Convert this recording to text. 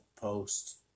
post